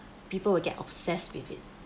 people will get obsessed with it